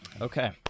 okay